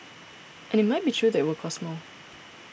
and it might be true that it will cost more